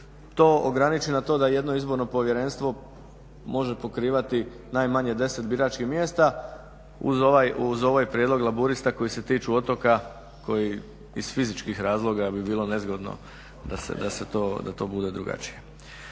to ograniči na to da jedno izborno povjerenstvo može pokrivati najmanje deset biračkih mjesta uz ovaj prijedlog Laburista koji se tiču otoka koji iz fizičkih razloga bi bilo nezgodno da to bude drugačije.